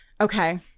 Okay